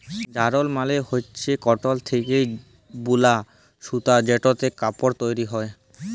যারল মালে হচ্যে কটল থ্যাকে বুলা সুতা যেটতে কাপল তৈরি হ্যয়